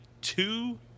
two